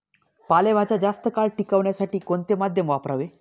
पालेभाज्या जास्त काळ टिकवण्यासाठी कोणते माध्यम वापरावे?